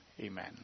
Amen